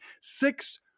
six